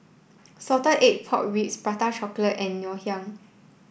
Salted Egg Pork Ribs Prata Chocolate and Ngoh Hiang